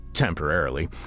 Temporarily